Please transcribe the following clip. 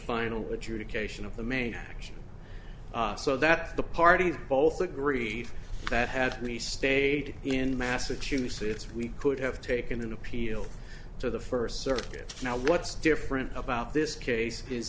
final adjudication of the main action so that the parties both agreed that had he stayed in massachusetts we could have taken an appeal to the first circuit now what's different about this case is